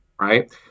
right